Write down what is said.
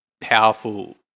powerful